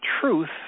Truth